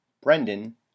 brendan